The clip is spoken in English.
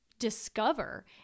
discover